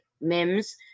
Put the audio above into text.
Mims